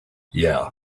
yeah